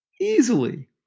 Easily